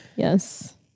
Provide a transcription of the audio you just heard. Yes